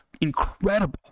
incredible